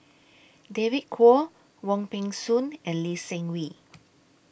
David Kwo Wong Peng Soon and Lee Seng Wee